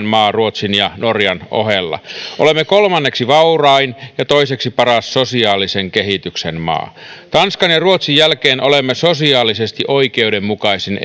maa ruotsin ja norjan ohella olemme kolmanneksi vaurain ja toiseksi paras sosiaalisen kehityksen maa tanskan ja ruotsin jälkeen olemme sosiaalisesti oikeudenmukaisin